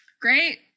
Great